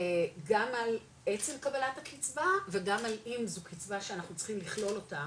גם על עצם קבלת הקצבה וגם על אם זו קצבה שאנחנו צריכים לכלול אותה,